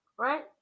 right